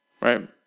right